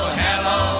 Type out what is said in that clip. hello